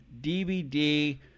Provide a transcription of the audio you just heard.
DVD